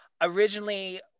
Originally